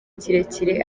kirekire